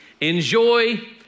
Enjoy